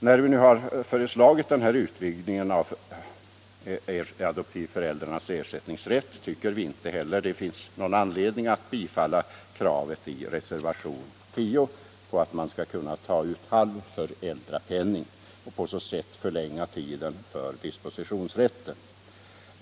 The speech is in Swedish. När vi nu har föreslagit denna utvidgning av adoptivföräldrarnas ersättningsrätt tycker vi inte heller att det finns någon anledning att biträda kravet i reservationen 10, att man skall kunna ta ut halv föräldrapenning och på det sättet förlänga tiden för dispositionsrätten.